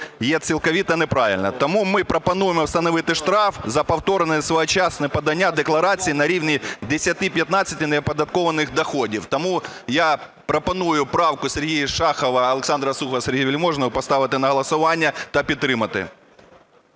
є цілковито неправильним. Тому ми пропонуємо встановити штраф за повторне несвоєчасне подання декларацій на рівні 10-15 неоподаткованих доходів. Тому я пропоную правку Сергія Шахова, Олександра Сухова, Сергія Вельможного поставити на голосування та підтримати.